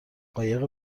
قایق